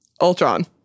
Ultron